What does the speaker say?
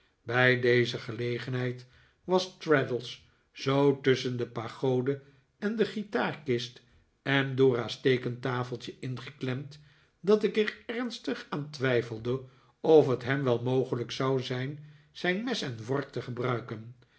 bij deze gelegenheid was traddles zoo tusschen de pagode en de guitaarkist en dora's teekentafeltje ingeklemd dat ik er ernstig aan twijfelde of het hem wel mogelijk zou zijn zijn mes en vork te gebruiken